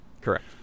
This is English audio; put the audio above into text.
Correct